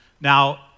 Now